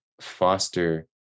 foster